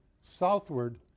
southward